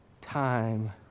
time